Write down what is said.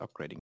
upgrading